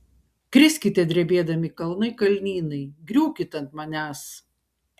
kriskite drebėdami kalnai kalnynai griūkit ant manęs